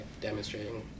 demonstrating